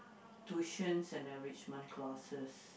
tuition and enrichment classes